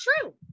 true